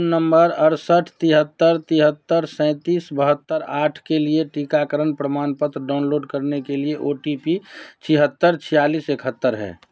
phone number अड़सठ तिहत्तर तिहत्तर सैंतीस बहत्तर आठ के लिए टीकाकरण प्रमाणपत्र डाउनलोड करने के लिए ओ टी पी छिहत्तर छियालीस एकहत्तर है